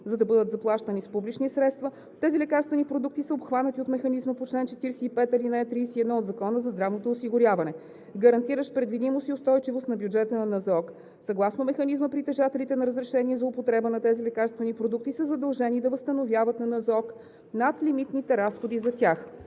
За да бъдат заплащани с публични средства, тези лекарствени продукти са обхванати от механизма по чл. 45, ал. 31 от Закона за здравното осигуряване, гарантиращ предвидимост и устойчивост на бюджета на НЗОК. Съгласно механизма притежателите на разрешения за употреба на тези лекарствени продукти са задължени да възстановяват на НЗОК надлимитните разходи за тях.